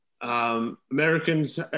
Americans